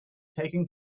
taken